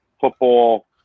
football